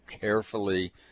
carefully